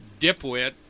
dipwit